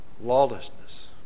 lawlessness